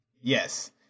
Yes